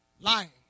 Lying